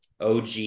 OG